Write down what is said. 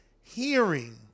hearing